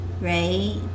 right